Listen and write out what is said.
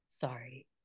sorry